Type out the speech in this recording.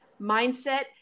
mindset